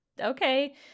Okay